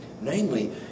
Namely